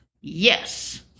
Yes